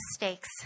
mistakes